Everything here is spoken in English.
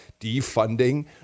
defunding